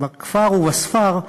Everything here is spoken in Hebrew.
בכפר ובספר.